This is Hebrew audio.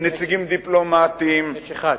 נציגים דיפלומטיים, יש אחד.